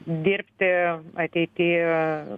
dirbti ateity